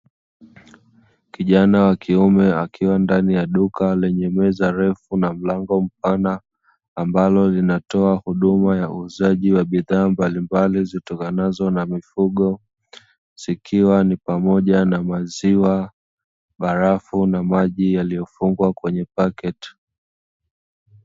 Kijana wa kiume akiwa ndani ya duka lenye meza ndefu na mlango mpana, ambalo linatoa huduma ya uuzaji wa bidhaa mbalimbali zitokanazo na mifugo zikiwa ni pamoja na maziwa, barafu na maji yaliyofungwa kwenye pakiti.